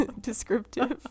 descriptive